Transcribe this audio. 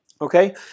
Okay